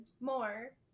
more